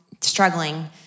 struggling